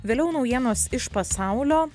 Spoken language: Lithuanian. vėliau naujienos iš pasaulio